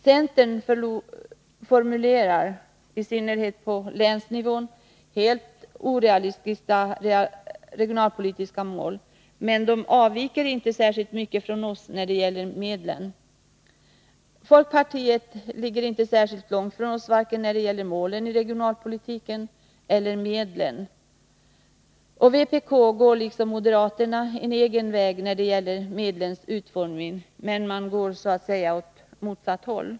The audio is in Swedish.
Centern formulerar, i synnerhet på länsnivå, helt orealistiska mål — men de avviker inte särskilt mycket från oss när det gäller medlen. Folkpartiet ligger inte särskilt långt ifrån oss vare sig när det gäller målen för regionalpolitiken eller när det gäller medlen. Vpk går liksom moderaterna en egen väg när det gäller medlens utformning. Men man går så att säga åt motsatt håll.